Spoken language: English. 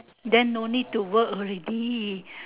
then no need to work already